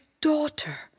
daughter